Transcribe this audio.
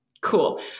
Cool